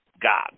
God